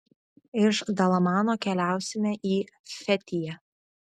iš dalamano keliausime į fetiją